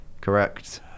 Correct